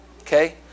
Okay